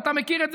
ואתה מכיר את זה,